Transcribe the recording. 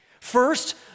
First